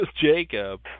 Jacob